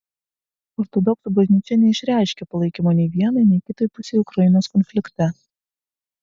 ortodoksų bažnyčia neišreiškė palaikymo nei vienai nei kitai pusei ukrainos konflikte